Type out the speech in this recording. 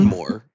more